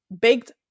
baked